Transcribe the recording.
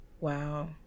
Wow